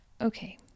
Okay